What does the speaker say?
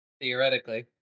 Theoretically